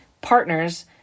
partners